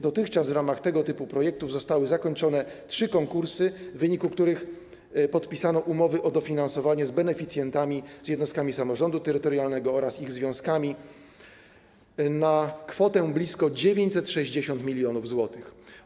Dotychczas w ramach tego typu projektów zostały zakończone trzy konkursy, w wyniku których podpisano umowy o dofinansowanie z beneficjantami, z jednostkami samorządu terytorialnego oraz ich związkami na kwotę blisko 960 mln zł.